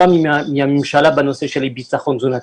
מטעם הממשלה בנושא של אי ביטחון תזונתי.